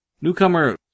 Newcomer